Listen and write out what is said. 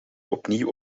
opnieuw